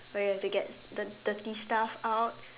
where you have to get the dirty stuff out